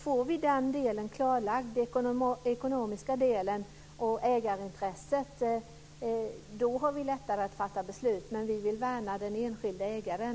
Får vi den ekonomiska delen och ägarintresset klarlagda har vi lättare att fatta beslut. Men vi vill värna den enskilda ägaren.